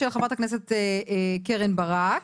של חברת הכנסת קרן ברק,